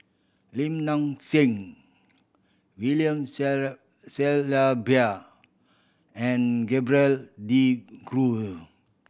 Lim Nang Seng William Shellabear and Gerald De Cru